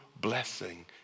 blessing